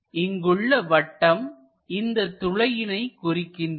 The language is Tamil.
இங்குள்ள வட்டம் இந்த துளையினை குறிக்கின்றது